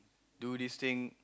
do this thing